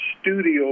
studio